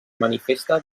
manifesta